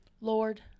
Lord